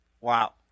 wow